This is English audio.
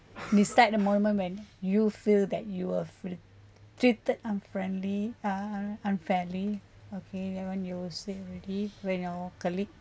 describe a moment when you feel that you were fully treated unfriendly uh unfairly okay that one you said already when your colleague